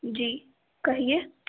جی کہیے